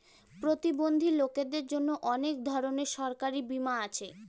প্রতিবন্ধী লোকদের জন্য অনেক ধরনের সরকারি বীমা আছে